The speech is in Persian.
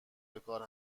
بکار